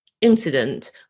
incident